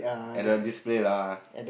at the display lah